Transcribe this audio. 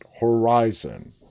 Horizon